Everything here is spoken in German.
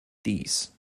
dies